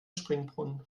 springbrunnen